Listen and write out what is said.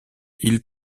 ils